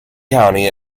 county